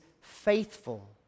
faithful